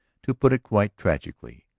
to put it quite tragically,